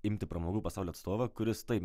imti pramogų pasaulio atstovą kuris taip